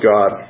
God